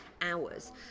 hours